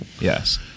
yes